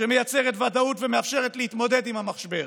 שמייצרת ודאות ומאפשרת להתמודד עם המשבר,